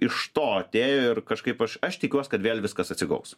iš to atėjo ir kažkaip aš aš tikiuos kad vėl viskas atsigaus